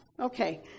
Okay